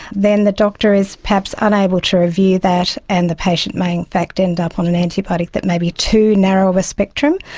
then the doctor is perhaps unable to review that and the patient may in fact end up on an antibiotic that may be too narrow of a spectrum.